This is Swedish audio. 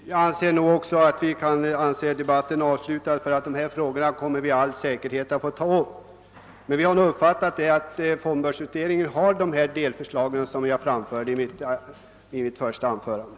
Herr talman! Jag tycker nog också att vi kan anse debatten avslutad; dessa frågor kommer vi med all säkerhet att få ta upp ytterligare. Men vi har alltså uppfattat det så, som jag framhöll i mitt första anförande, att fondbörsutredningen har att belysa dessa delfrågor.